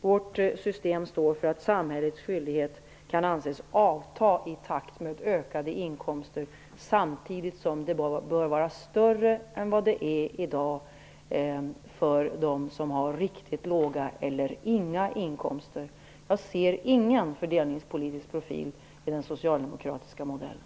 Vårt system står för att samhällets skyldighet kan anses avta i takt med ökade inkomster samtidigt som den bör vara större än i dag för dem som har riktigt låga eller inga inkomster. Jag ser ingen fördelningspolitisk profil i den socialdemokratiska modellen.